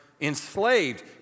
enslaved